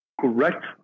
Correct